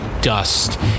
dust